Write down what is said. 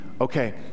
okay